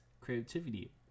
creativity